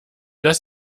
das